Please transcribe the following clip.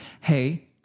hey